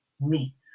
meat